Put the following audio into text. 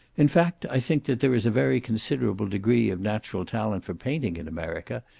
in fact, i think that there is a very considerable degree of natural talent for painting in america,